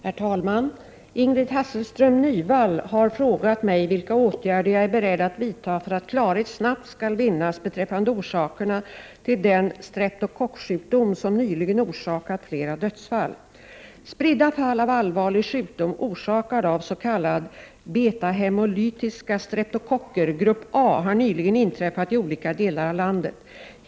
Herr talman! Ingrid Hasselström Nyvall har frågat mig vilka åtgärder jag är beredd att vidta för att klarhet snabbt skall vinnas beträffande orsakerna till den streptokocksjukdom som nyligen orsakat flera dödsfall. Spridda fall av allvarlig sjukdom orsakad av s.k. betahämolytiska streptokocker, grupp A, har nyligen inträffat i olika delar av landet.